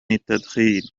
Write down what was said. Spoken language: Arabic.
التدخين